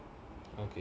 okay